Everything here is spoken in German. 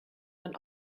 man